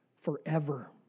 forever